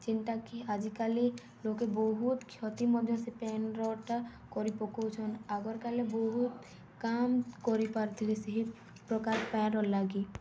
ଯେନ୍ଟାକି ଆଜିକାଲି ଲୋକେ ବହୁତ୍ କ୍ଷତି ମଧ୍ୟ ସେ ପାଏନ୍ରଟା କରି ପକଉଛନ୍ ଆଗର୍ କାଲେ ବହୁତ୍ କାମ୍ କରିପାରୁଥିଲେ ସେହି ପ୍ରକାର୍ ପାଏନ୍ର ଲାଗି